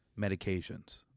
medications